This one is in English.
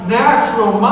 natural